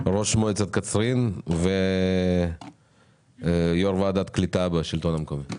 ראש מועצת קצרין ויו"ר ועדת קליטה במרכז השלטון המקומי.